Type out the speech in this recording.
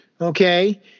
okay